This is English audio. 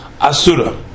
Asura